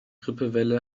grippewelle